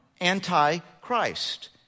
anti-Christ